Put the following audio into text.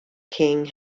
king